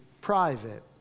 private